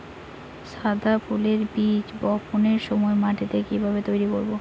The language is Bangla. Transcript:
গাদা ফুলের বীজ বপনের সময় মাটিকে কিভাবে তৈরি করব?